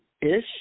ish